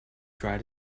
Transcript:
try